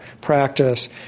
practice